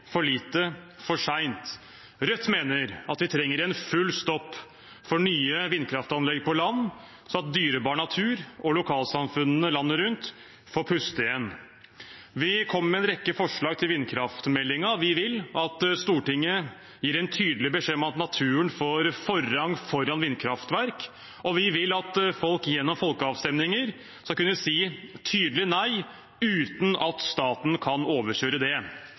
for lite for sent. Rødt mener at vi trenger en full stopp for nye vindkraftanlegg på land, sånn at dyrebar natur og lokalsamfunnene landet rundt får puste igjen. Vi kommer med en rekke forslag til vindkraftmeldingen. Vi vil at Stortinget gir en tydelig beskjed om at naturen får forrang foran vindkraftverk, og vi vil at folk gjennom folkeavstemninger skal kunne si tydelig nei uten at staten kan overkjøre det.